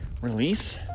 release